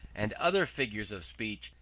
and other figures of speech,